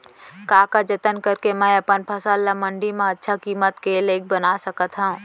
का का जतन करके मैं अपन फसल ला मण्डी मा अच्छा किम्मत के लाइक बना सकत हव?